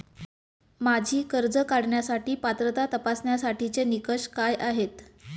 माझी कर्ज काढण्यासाठी पात्रता तपासण्यासाठीचे निकष काय आहेत?